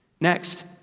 Next